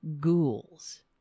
ghouls